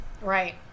right